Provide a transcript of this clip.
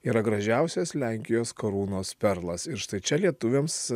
yra gražiausias lenkijos karūnos perlas ir štai čia lietuviams